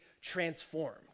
transformed